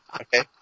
Okay